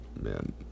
man